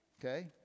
Okay